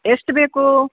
ಎಷ್ಟು ಬೇಕು